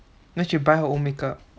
then she buy her own makeup